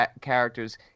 characters